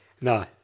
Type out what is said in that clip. No